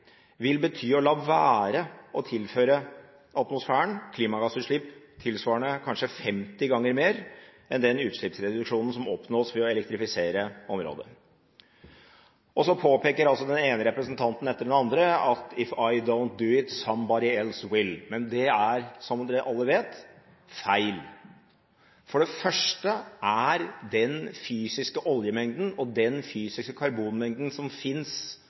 vil bety å la være å tilføre atmosfæren klimagassutslipp tilsvarende kanskje 50 ganger mer enn utslippsreduksjonen som oppnås ved å elektrifisere området. Så påpeker den ene representanten etter den andre at «if I don't do it, somebody else will». Men det er, som alle vet, feil. For det første er den fysiske oljemengden og den fysiske karbonmengden som